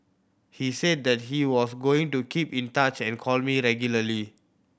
he said that he was going to keep in touch and call me regularly